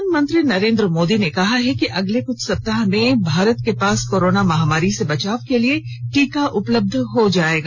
प्रधानमंत्री नरेन्द्र मोदी ने कहा है कि अगले कुछ सप्ताहों में भारत के पास कोरोना माहामारी से बचाव के लिए टीका उपलब्ध हो जायेगा